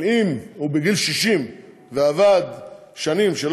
אבל אם הוא בגיל 60 ועבד כמה שנים כך